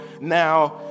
now